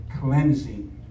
cleansing